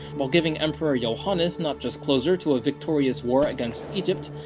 while giving emperor yohannes not just closure to a victorious war against egypt,